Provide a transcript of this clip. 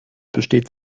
besteht